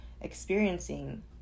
experiencing